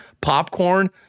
popcorn